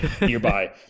nearby